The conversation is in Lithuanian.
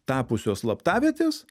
tapusios slaptavietės